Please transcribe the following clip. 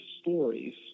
stories